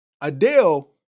Adele